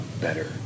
better